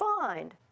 find